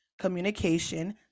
communication